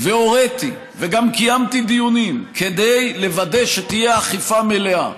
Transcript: והוריתי וגם קיימתי דיונים כדי לוודא שתהיה אכיפה מלאה,